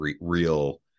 real